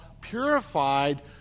purified